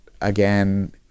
again